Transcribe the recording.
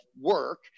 work